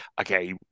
okay